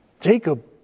Jacob